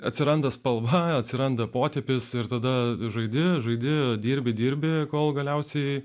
atsiranda spalva atsiranda potėpis ir tada žaidi žaidi dirbi dirbi kol galiausiai